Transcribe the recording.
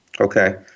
Okay